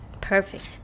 Perfect